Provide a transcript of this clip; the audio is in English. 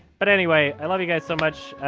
but anyway, i love you guys so much.